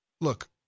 Look